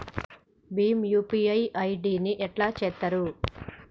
Bhim UPI ID ని ఎట్లా చేత్తరు?